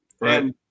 Right